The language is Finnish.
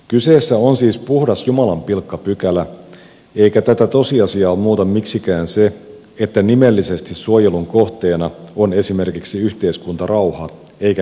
kyseessä on siis puhdas jumalanpilkkapykälä eikä tätä tosiasiaa muuta miksikään se että nimellisesti suojelun kohteena on esimerkiksi yhteiskuntarauha eikä henkiolento itse